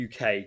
UK